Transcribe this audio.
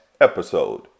episode